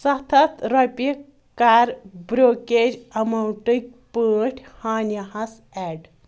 سَتھ ہتھ رۄپیہِ کَر بروکریج ایماوٹٕکۍ پٲٹھۍ ہانِیہ ہَس ایڈ